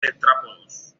tetrápodos